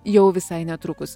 jau visai netrukus